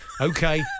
Okay